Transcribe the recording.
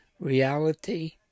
Reality